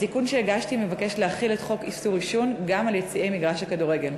התיקון שהגשתי מבקש להחיל את חוק איסור עישון גם על יציעי מגרש הכדורגל,